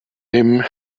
him